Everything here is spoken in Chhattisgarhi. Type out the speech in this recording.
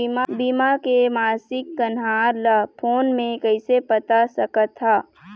बीमा के मासिक कन्हार ला फ़ोन मे कइसे पता सकत ह?